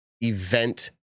event